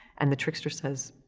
and the trickster says,